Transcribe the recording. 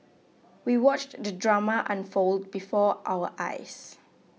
we watched the drama unfold before our eyes